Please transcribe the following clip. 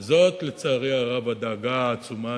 וזאת, לצערי הרב, הדאגה העצומה